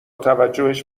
توجهش